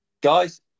guys